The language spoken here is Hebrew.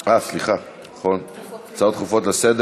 בנושא: